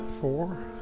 four